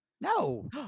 No